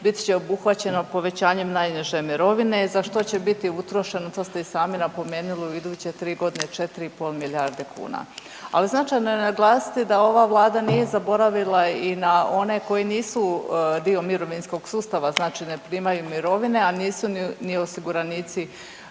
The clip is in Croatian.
bit će obuhvaćeno povećanjem najniže mirovine za što će biti utrošeno to ste i sami napomenuli u iduće 3 godine 4,5 milijarde kuna. Ali značajno je naglasiti da ova vlada nije zaboravila i na one koji nisu dio mirovinskog sustava, znači ne primaju mirovine, a nisu ni osiguranici